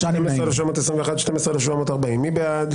12,661 עד 12,680, מי בעד?